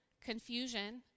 confusion